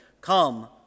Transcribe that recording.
Come